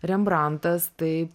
rembrantas taip